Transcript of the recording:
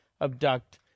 abduct